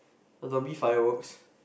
a Dobby Fireworks